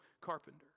carpenter